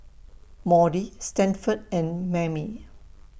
Maudie Stanford and Mammie